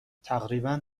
تقریبا